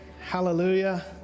Hallelujah